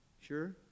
Sure